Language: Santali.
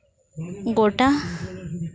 ᱜᱚᱴᱟ